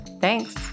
Thanks